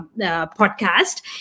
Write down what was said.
podcast